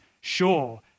sure